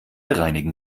reinigen